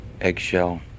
Eggshell